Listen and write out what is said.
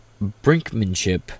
brinkmanship